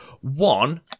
One